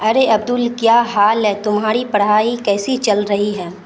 ارے عبدل کیا حال ہے تمہاری پڑھائی کیسی چل رہی ہے